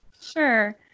Sure